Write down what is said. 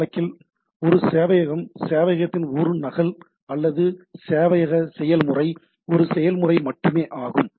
இந்த வழக்கில் ஒரு சேவையகம் சேவையகத்தின் ஒரு நகல் அல்லது சேவையக செயல்முறை ஒரு செயல்முறை மட்டுமே ஆகும்